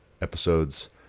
episodes